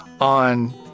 on